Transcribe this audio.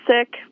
sick